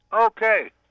Okay